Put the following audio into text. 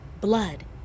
Blood